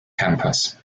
campus